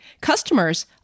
Customers